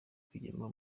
rwigema